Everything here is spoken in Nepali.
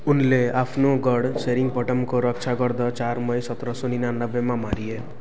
उनी आफ्नो गढ सेरिङ्गपटमको रक्षा गर्दा चार मई सत्र सय उनन्सयमा मारिए